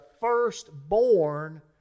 firstborn